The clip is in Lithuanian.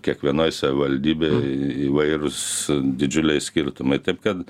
kiekvienoj savivaldybėj įvairūs didžiuliai skirtumai taip kad